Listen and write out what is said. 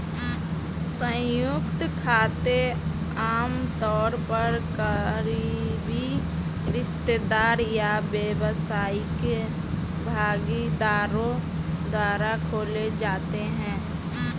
संयुक्त खाते आमतौर पर करीबी रिश्तेदार या व्यावसायिक भागीदारों द्वारा खोले जाते हैं